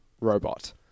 robot